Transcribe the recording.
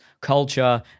culture